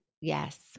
Yes